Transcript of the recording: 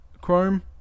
Chrome